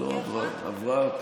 לא עברה.